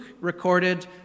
recorded